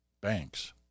banks